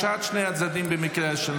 אנחנו עוברים להצבעה על הצעת חוק בתי המשפט,